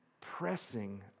pressing